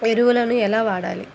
ఎరువులను ఎలా వాడాలి?